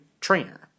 trainer